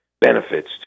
benefits